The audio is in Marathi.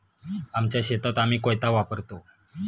आमच्या शेतात आम्ही कोयता वापरतो